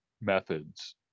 methods